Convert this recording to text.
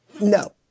No